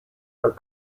are